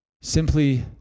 Simply